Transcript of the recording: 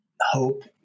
hope